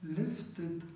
lifted